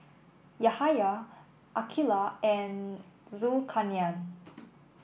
Yahaya Aqilah and Zulkarnain